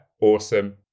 awesome